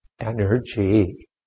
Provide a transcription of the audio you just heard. energy